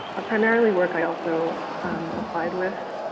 primarily work i also applied with.